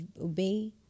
obey